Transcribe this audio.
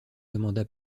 demanda